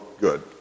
good